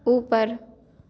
ऊपर